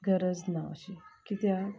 गरज ना अशी कित्याक